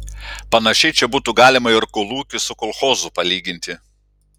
panašiai čia būtų galima ir kolūkį su kolchozu palyginti